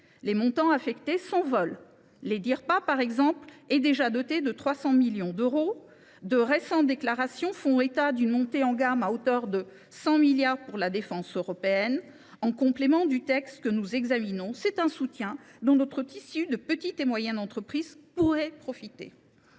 les montants affectés s’envolent. L’ (Edirpa), par exemple, est déjà doté de 300 millions d’euros. De récentes déclarations font état, par ailleurs, d’une montée en gamme, à hauteur de 100 milliards d’euros, de la défense européenne. En complément du texte que nous examinons, c’est un soutien dont notre tissu de petites et moyennes entreprises pourrait profiter.